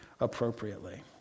appropriately